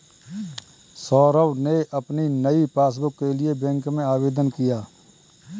सौरभ ने अपनी नई पासबुक के लिए बैंक में आवेदन किया